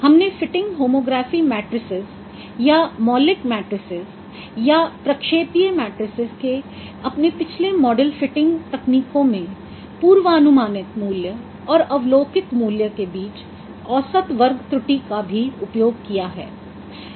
हमने fitting homography matrices या मौलिक मैट्रिसेस या प्रक्षेपीय मैट्रिसेस के अपने पिछले मॉडल फिटिंग तकनीकों में पूर्वानुमानित मूल्य और अवलोकित मूल्य के बीच औसत वर्ग त्रुटि का भी उपयोग किया है